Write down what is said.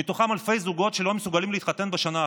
ומתוכם אלפי זוגות שלא מסוגלים להתחתן בשנה האחרונה.